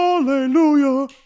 Hallelujah